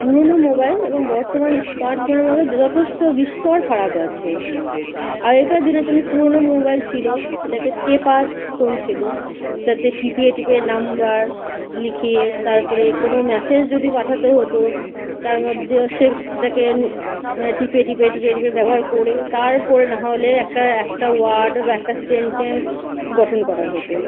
পুরোনো মোবাইল এবং বর্তমান স্মার্টফোনের মধ্যে যথেষ্ট বিস্তর ফারাক আছে আগেকার দিনে যেমনি পুরোনো মোবাইল ছিল সেটাকে টেপা ফোন ছিল যাতে টিপে টিপে নাম্বার লিখে তার পরে কোনো মেসেজ যদি পাঠাতে হতো তার মধ্যেও সেটাকে টিপে টিপে টিপে টিপে ব্যবহার করে তার পরে না হলে একটা একটা ওয়ার্ড বা একটা সেনটেন্স গঠন করা হতো